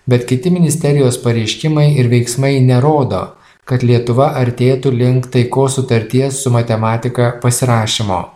bet kiti ministerijos pareiškimai ir veiksmai nerodo kad lietuva artėtų link taikos sutarties su matematika pasirašymo